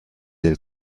del